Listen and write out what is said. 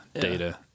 data